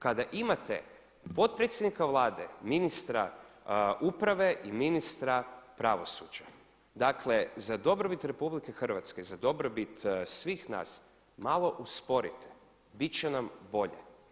Kada imate potpredsjednika Vlade, ministra uprave i ministra pravosuđa, dakle za dobrobit RH, za dobrobit svih nas malo usporite bit će nam bolje.